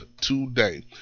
today